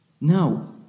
No